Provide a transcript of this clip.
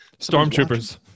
stormtroopers